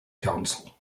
council